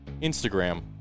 Instagram